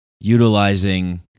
utilizing